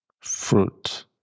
fruit